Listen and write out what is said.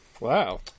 wow